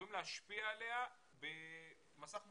יכולים להשפיע עליה במסך מחשב.